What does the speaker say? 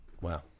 Wow